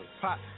pop